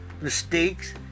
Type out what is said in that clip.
mistakes